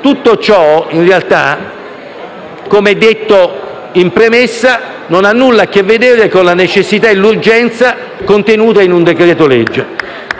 Tutto ciò, in realtà, come detto in premessa, non ha nulla a che vedere con la necessità e l'urgenza contenuta in un decreto-legge.